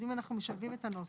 אז אם אנחנו משלבים את הנוסח,